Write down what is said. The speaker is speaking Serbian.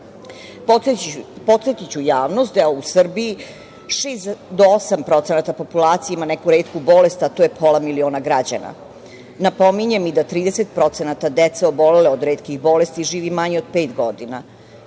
javnost da u Srbiji 6% do 8% populacije ima neku retku bolest, a to je pola miliona građana. Napominjem i da 30% dece obolele od retkih bolesti živi manje od pet godina.